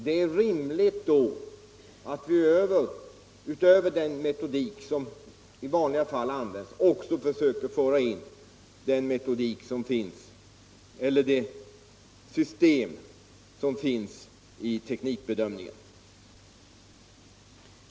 Det är därför rimligt att vi nu, utöver den metodik som i vanliga fall används, försöker föra in det system som finns i teknikbedömningen.